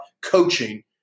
coaching